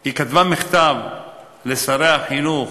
היא כתבה מכתב לשר החינוך